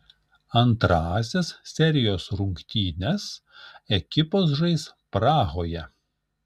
antrąsias serijos rungtynes ekipos žais prahoje